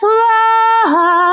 love